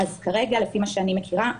כרגע לפי מה שאני מכירה,